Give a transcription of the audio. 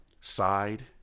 side